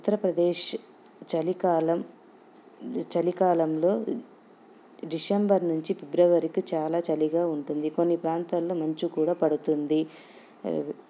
ఉత్తరప్రదేశ్ చలికాలం చలికాలంలో డిసంబర్ నుంచి ఫిబ్రవరికి చాలా చలిగా ఉంటుంది కొన్ని ప్రాంతాలలో మంచు కూడా పడుతుంది